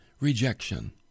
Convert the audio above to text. rejection